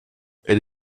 elle